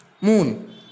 Moon